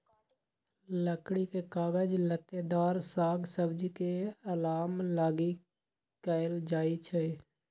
लकड़ी के काज लत्तेदार साग सब्जी के अलाम लागी कएल जाइ छइ